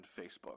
Facebook